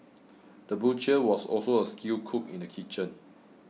the butcher was also a skilled cook in the kitchen